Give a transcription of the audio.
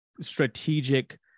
strategic